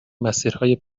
مسیرهای